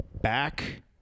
back